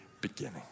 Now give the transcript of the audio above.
beginning